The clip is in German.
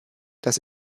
dass